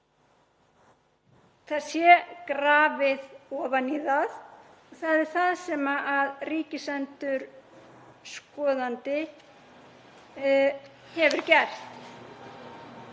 það sé grafið ofan í það og það er það sem ríkisendurskoðandi hefur gert.